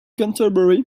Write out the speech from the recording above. canterbury